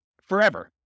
Forever